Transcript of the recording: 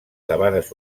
sabanes